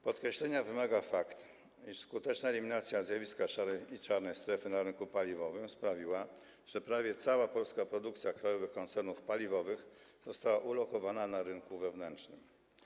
Podkreślenia wymaga fakt, iż skuteczna eliminacja zjawiska szarej i czarnej strefy na rynku paliwowym sprawiła, że prawie cała polska produkcja krajowych koncernów paliwowych została ulokowana na rynku wewnętrznym.